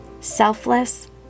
selfless